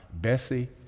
Bessie